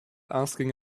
asking